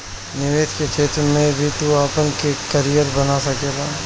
निवेश के क्षेत्र में भी तू आपन करियर बना सकेला